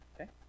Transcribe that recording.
okay